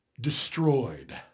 destroyed